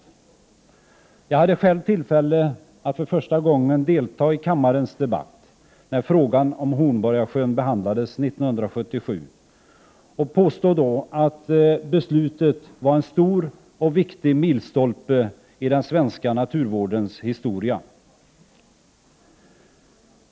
När frågan om Hornborgasjön behandlades 1977 hade jag själv tillfälle att för första gången delta i kammarens debatt. Jag framhöll då att beslutet var en stor och viktig milstolpe i den svenska naturvårdens historia.